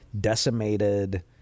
decimated